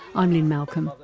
i'm lynne malcolm.